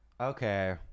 Okay